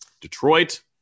Detroit